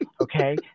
Okay